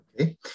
Okay